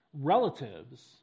relatives